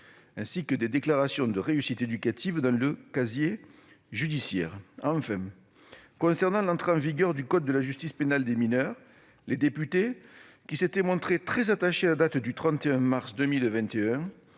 et des déclarations de réussite éducative dans le casier judiciaire. Enfin, concernant l'entrée en vigueur du code de la justice pénale des mineurs, les députés, qui s'étaient montrés très attachés à la date du 31 mars 2021,